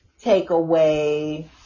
takeaway